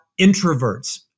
introverts